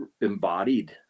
embodied